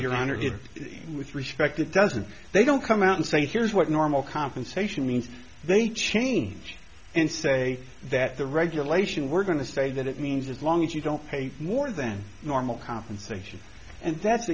you're under it with respect it doesn't they don't come out and say here's what normal compensation means they change and say that the regulation we're going to say that it means as long as you don't pay more than normal compensation and that's